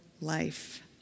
life